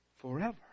forever